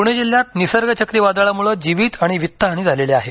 पुणे जिल्ह्यात निसर्ग चक्रीवादळामुळे जीवित आणि वित्तहानी झालेली आहे